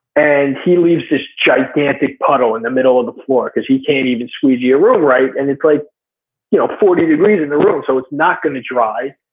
and he leaves this gigantic puddle in the middle of the floor because he can't even squeegee a room right and it's like you know forty degrees in the room, so it's no gonna dry.